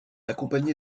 accompagné